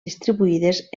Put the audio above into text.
distribuïdes